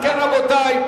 אם כן, רבותי,